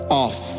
off